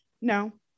no